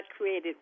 created